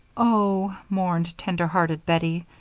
oh, mourned tender-hearted bettie,